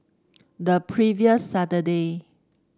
the previous Saturday